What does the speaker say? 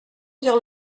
dire